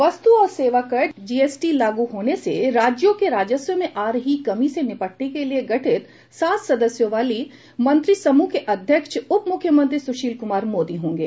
वस्तु और सेवा कर जीएसटी लागू होने से राज्यों के राजस्व में आ रही कमी से निपटने के लिए गठित सात सदस्यों वाले मंत्रिसमूह के अध्यक्ष उप मुख्यमंत्री सुशील कुमार मोदी होंगे